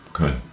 Okay